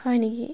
হয় নেকি